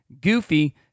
Goofy